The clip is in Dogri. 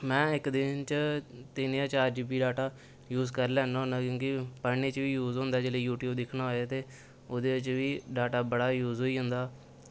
में इक दिन च तिन्न जां चार जी बी डेटा यूज करी लैन्ना होन्नां कि जे पढ़ने च बी यूज होंदा जेल्लै यूट्यूब दिक्खना होऐ ते ओह्दे बिच्च बी डाटा बड़ा यूज होई जंदा